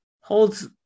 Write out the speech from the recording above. holds